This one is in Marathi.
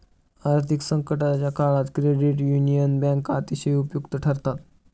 आर्थिक संकटाच्या काळात क्रेडिट युनियन बँका अतिशय उपयुक्त ठरतात